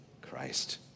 Christ